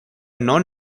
non